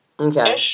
Okay